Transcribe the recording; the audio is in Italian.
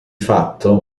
fatto